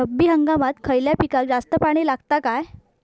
रब्बी हंगामात खयल्या पिकाक जास्त पाणी लागता काय?